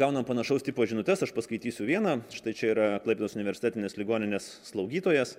gaunam panašaus tipo žinutes aš paskaitysiu vieną štai čia yra klaipėdos universitetinės ligoninės slaugytojas